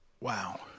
Wow